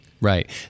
Right